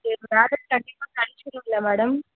என் wallet கண்டிப்பாக கிடச்சுருல்ல madam